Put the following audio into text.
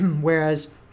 Whereas